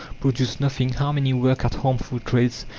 produce nothing, how many work at harmful trades,